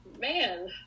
man